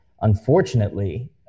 unfortunately